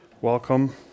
welcome